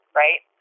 right